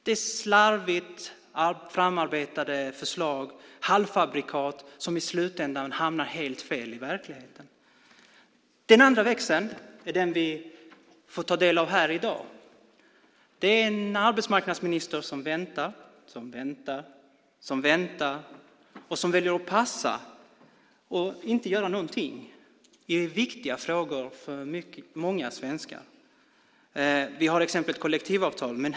Det är slarvigt framarbetade förslag och halvfabrikat som hamnar helt fel i verkligheten. Den andra växeln är den vi får se här i dag. Det är en arbetsmarknadsminister som väntar och som väljer att passa och inte göra någonting i viktiga frågor för många svenskar. Vi har exemplet kollektivavtalen.